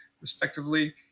respectively